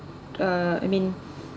uh I mean